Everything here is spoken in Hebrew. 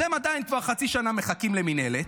אז הם עדיין מחכים למינהלת,